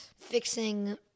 Fixing